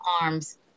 arm's